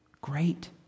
Great